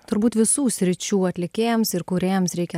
turbūt visų sričių atlikėjams ir kūrėjams reikia